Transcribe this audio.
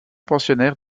pensionnaire